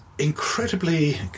Incredibly